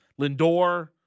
Lindor